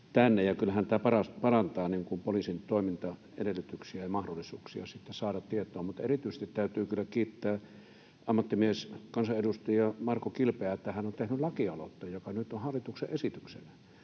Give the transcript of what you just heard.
kyllähän tämä parantaa poliisin toimintaedellytyksiä ja mahdollisuuksia saada tietoa. Erityisesti täytyy kyllä kiittää ammattimies, kansanedustaja Marko Kilpeä, että hän on tehnyt lakialoitteen, joka nyt on hallituksen esityksenä.